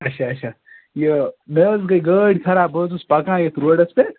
اچھا اچھا یہِ مےٚ حظ گٔے گٲڑۍ خراب بہٕ اوسُس پکان یَتھ روڈَس پٮ۪ٹھ